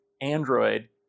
Android